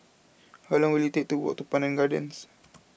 how long will it take to walk to Pandan Gardens